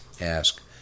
ask